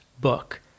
book